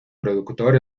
productor